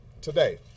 today